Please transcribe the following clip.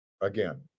Again